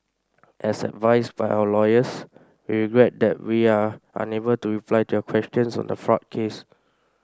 as advised by our lawyers we regret that we are unable to reply to your questions on the fraud case